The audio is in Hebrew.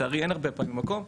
ולצערי אין הרבה פעמים מקום,